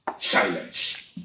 silence